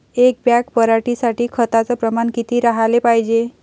एक बॅग पराटी साठी खताचं प्रमान किती राहाले पायजे?